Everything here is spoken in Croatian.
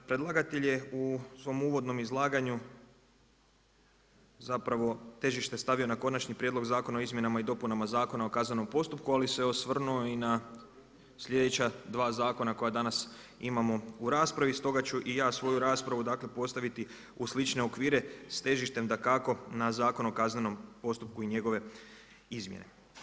Predlagatelj je u svom uvodnom izlaganju zapravo težište stavio na Konačni prijedlog Zakona o izmjenama i dopunama Zakona o kaznenom postupku, ali se osvrnuo i na sljedeća dva zakona koja danas imamo u raspravi, stoga ću i ja svoju raspravu postaviti u slične okvire s težištem dakako na Zakon o kaznenom postupku i njegove izmjene.